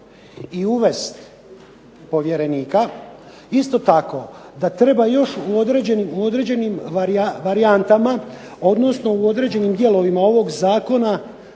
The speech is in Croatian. i uvesti povjerenika, isto tako da treba još u određenim varijantama, odnosno u određenim dijelovima ovog Zakona